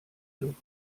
dürfen